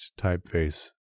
typeface